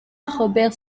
robert